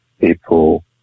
people